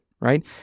right